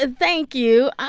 ah thank you.